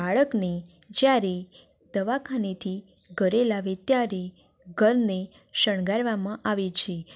બાળકને જ્યારે દવાખાનેથી ઘરે લાવે ત્યારે ઘરને શણગારવામાં આવે છે